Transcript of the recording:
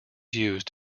used